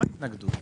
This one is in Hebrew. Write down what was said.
מה ההתנגדות?